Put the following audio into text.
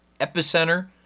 epicenter